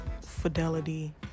Fidelity